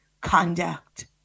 conduct